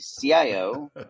CIO